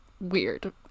weird